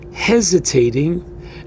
hesitating